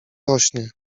rośnie